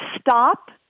stop